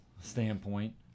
standpoint